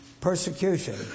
Persecution